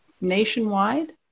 nationwide